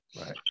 right